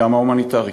גם ההומניטרית.